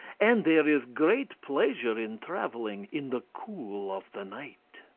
and there is great pleasure in travelling in the cool of the night.